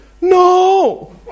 No